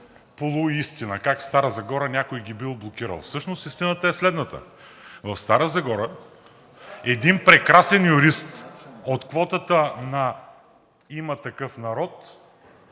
полуистина – как в Стара Загора някой ги бил блокирал. Всъщност системата е следната: в Стара Загора един прекрасен юрист от квотата на „Има такъв народ“